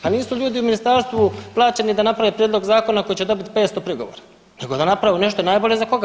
Pa nisu ljudi u Ministarstvu plaćeni da naprave Prijedlog zakona koji će dobiti 500 prigovora, nego da naprave nešto najbolje za koga?